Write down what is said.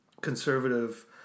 conservative